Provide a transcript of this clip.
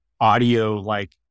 audio-like